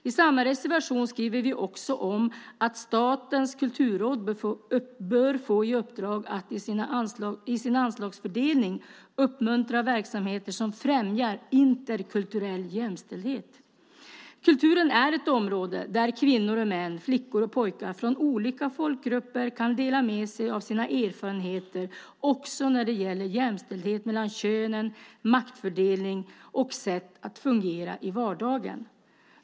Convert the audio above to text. I samma reservation skriver vi också om att Statens kulturråd bör få i uppdrag att i sin anslagsfördelning uppmuntra verksamheter som främjar interkulturell jämställdhet. Kulturen är ett område där kvinnor och män, flickor och pojkar från olika folkgrupper kan dela med sig av sina erfarenheter också när det gäller jämställdhet mellan könen, maktfördelning och sätt att fungera i vardagen.